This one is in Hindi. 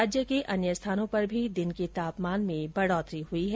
राज्य के अन्य स्थानों पर भी दिन के तापमान में बढोतरी हुई है